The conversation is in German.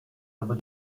aber